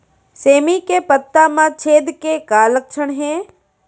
सेमी के पत्ता म छेद के का लक्षण हे?